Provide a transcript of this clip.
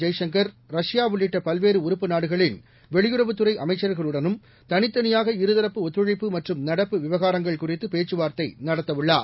ஜெய்சங்கர் ரஷ்பா உள்ளிட்ட பல்வேறு உறுப்பு நாடுகளின் வெளியுறவுத்துறை அமைச்சர்களுடனும் தனித்தனியாக இருதரப்பு ஒத்துழைப்பு மற்றும் நடப்பு விவகாரங்கள் குறித்து பேச்சுவார்த்தை நடத்தவுள்ளார்